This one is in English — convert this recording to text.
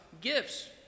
Gifts